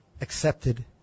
accepted